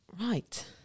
Right